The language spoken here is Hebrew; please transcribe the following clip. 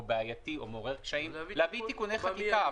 בעייתי או מעורר קשיים אני מציע להביא תיקוני חקיקה.